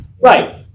right